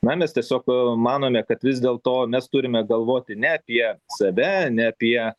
na mes tiesiog manome kad vis dėlto mes turime galvoti ne apie save ne apie